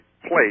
place